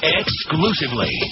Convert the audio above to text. exclusively